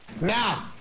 Now